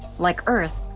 like earth,